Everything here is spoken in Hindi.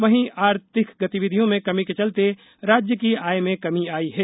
वहीं आर्थिक गतिविधियों में कमी के चलते राज्य की आय में कमी आई है